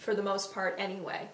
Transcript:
for the most part anyway